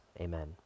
Amen